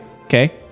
Okay